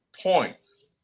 points